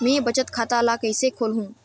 मैं बचत खाता ल किसे खोलूं?